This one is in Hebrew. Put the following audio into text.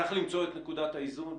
צריך למצוא את נקודת האיזון.